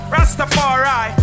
Rastafari